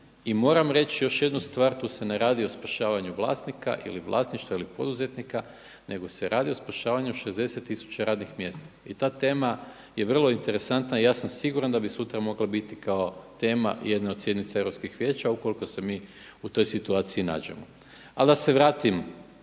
I moram reći još jednu stvar, tu se ne radi o spašavanju vlasnika ili vlasništva ili poduzetnika nego se radi o spašavanju 60 tisuća radnih mjesta. I ta tema je vrlo interesantna i ja sam siguran da bi sutra mogla biti kao tema jedne od sjednica Europskih vijeća ukoliko se mi u toj situaciji nađemo. Ali da se vratim